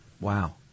Wow